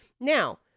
now